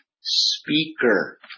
speaker